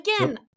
again